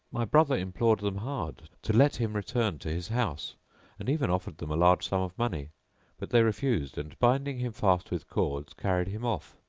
my brother implored them hard to let him return to his house and even offered them a large sum of money but they refused and, binding him fast with cords, carried him off.